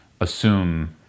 assume